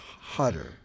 hotter